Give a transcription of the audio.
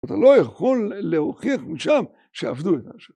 אתה לא יכול להוכיח משם שעבדו את השם.